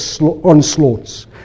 onslaughts